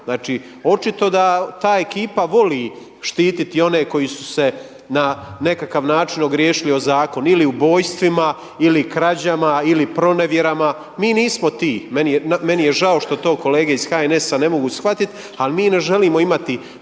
Znači, očito ta ekipa voli štititi one koji su se na nekakav način ogriješili o zakon ili ubojstvima ili krađama ili pronevjerama. Mi nismo ti. Meni je žao što to kolege iz HNS-a ne mogu shvatiti, ali mi ne želimo imati